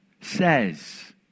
says